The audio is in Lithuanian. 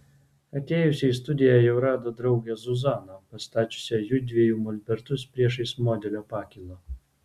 atėjusi į studiją jau rado draugę zuzaną pastačiusią jųdviejų molbertus priešais modelio pakylą